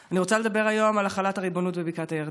אני רוצה לדבר היום על החלת הריבונות בבקעת הירדן.